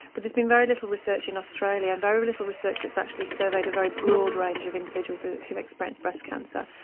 but there's been very little research in australia and very little research that's actually surveyed a very broad range of individuals ah who've experienced breast cancer.